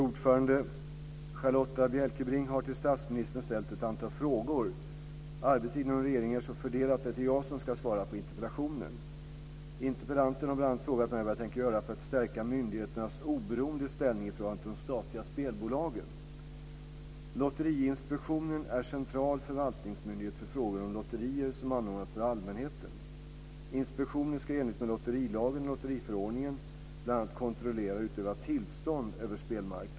Fru talman! Charlotta L Bjälkebring har till statsministern ställt ett antal frågor. Arbetet inom regeringen är så fördelat att det är jag som ska svara på interpellationen. Interpellanten har bl.a. frågat mig vad jag tänker göra för att stärka myndigheternas oberoende ställning i förhållande till de statliga spelbolagen. bl.a. kontrollera och utöva tillstånd över spelmarknaden.